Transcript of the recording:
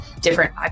different